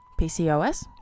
PCOS